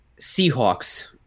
Seahawks